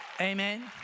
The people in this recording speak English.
Amen